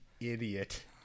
idiot